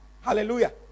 Hallelujah